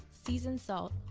seasoned salt,